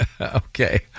Okay